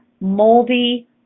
moldy